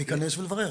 להיכנס ולברר.